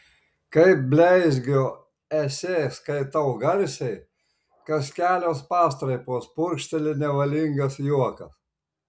kai bleizgio esė skaitau garsiai kas kelios pastraipos purkšteli nevalingas juokas